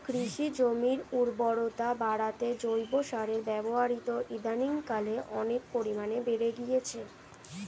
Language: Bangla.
কৃষি জমির উর্বরতা বাড়াতে জৈব সারের ব্যবহার ইদানিংকালে অনেক পরিমাণে বেড়ে গিয়েছে